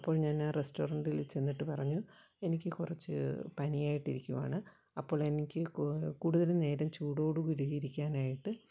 അപ്പോൾ ഞാനാ റെസ്റ്റോറൻറ്റിൽ ചെന്നിട്ട് പറഞ്ഞു എനിക്ക് കുറച്ച് പനിയായിട്ടിരിക്കുവാണ് അപ്പോളെനിക്ക് കൂ കൂടുതൽ നേരം ചൂടോട് കൂടിയിരിക്കാനായിട്ട്